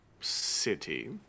city